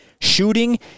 shooting